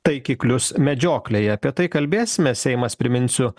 taikiklius medžioklėje apie tai kalbėsime seimas priminsiu